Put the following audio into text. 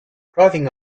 driving